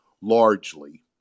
largely